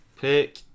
Pick